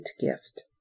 gift